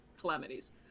calamities